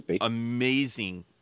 amazing